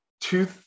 two